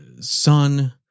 son